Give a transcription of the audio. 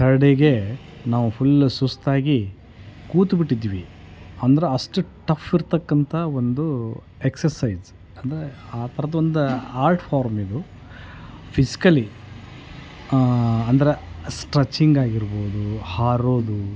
ಥರ್ಡೆಗೆ ನಾವು ಫುಲ್ಲ್ ಸುಸ್ತಾಗಿ ಕೂತುಬಿಟ್ಟಿದ್ದೀವಿ ಅಂದ್ರೆ ಅಷ್ಟು ಟಫ್ ಇರತಕ್ಕಂತ ಒಂದು ಎಕ್ಸಸೈಜ್ ಅಂದರೆ ಆ ಥರದ ಒಂದು ಆರ್ಟ್ ಫಾರ್ಮ್ ಇದು ಫಿಸ್ಕಲಿ ಅಂದ್ರೆ ಸ್ಟ್ರಚಿಂಗ್ ಆಗಿರ್ಬೋದು ಹಾರೋದು